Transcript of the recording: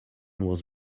was